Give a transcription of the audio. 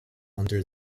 under